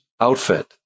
outfit